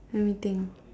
let me think